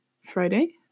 Friday